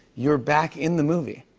you're back in the movie.